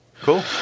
Cool